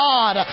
God